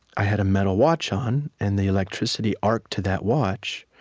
i had a metal watch on, and the electricity arced to that watch,